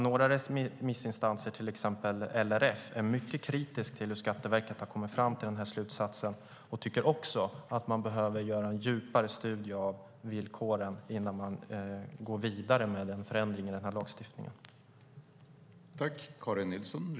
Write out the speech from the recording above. Några remissinstanser, däribland LRF, är mycket kritiska till hur Skatteverket har kommit fram till denna slutsats och tycker också att man behöver göra en djupare studie av villkoren innan man går vidare med en förändring i denna lagstiftning.